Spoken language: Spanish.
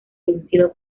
vencido